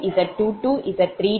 2084 0